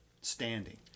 standing